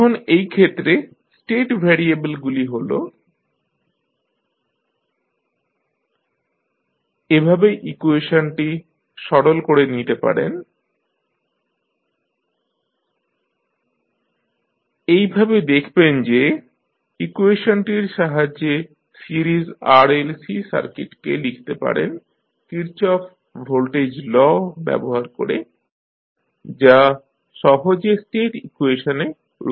এখন এই ক্ষেত্রে স্টেট ভ্যারিয়েবেলগুলি হল x1 x2 ec i এভাবে ইকুয়েশনটি সরল করে নিতে পারেন x1 x2 0 1C 1L RL ec i 0 1L et এইভাবে দেখবেন যে ইকুয়েশনটির সাহায্যে সিরিজ RLC সার্কিটকে লিখতে পারেন কির্চফ ভোল্টেজ ল ব্যবহার করে যা সহজে স্টেট ইকুয়েশনে রূপান্তরিত হতে পারে